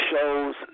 shows